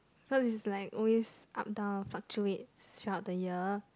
cause is like always up down fluctuate throughout the year